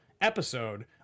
episode